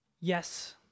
yes